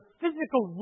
physical